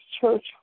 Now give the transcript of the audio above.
church